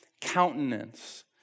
countenance